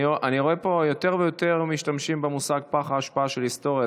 אני רואה שמשתמשים פה יותר ויותר במושג "פח האשפה של ההיסטוריה",